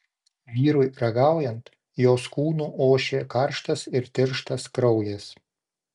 vyrui ragaujant jos kūnu ošė karštas ir tirštas kraujas